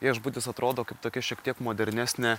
viešbutis atrodo kaip tokia šiek tiek modernesnė